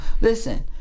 listen